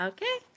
Okay